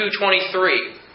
223